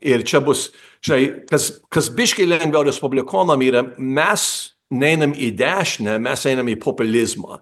ir čia bus žinai kas kas biškį lengviau respublikonam yra mes neinam į dešinę mes einam į populizmą